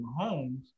Mahomes